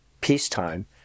peacetime